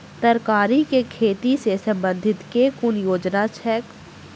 तरकारी केँ खेती सऽ संबंधित केँ कुन योजना छैक?